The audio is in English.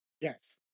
Yes